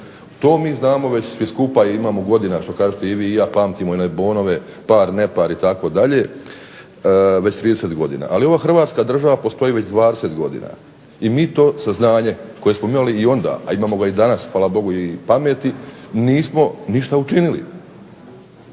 To mi znamo već svi skupa i imamo godina što kažete i vi i ja pamtimo one bonove par nepar itd. već 30 godina. Ali ova Hrvatska država postoji već 20 godina i mi to saznanje koje smo mi imali i onda, a imamo ga i danas hvala Bogu i pameti nismo ništa učinili.